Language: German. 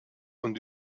und